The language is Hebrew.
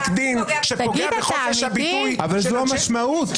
דין שפוגע בחופש הביטוי -- אבל זאת המשמעות.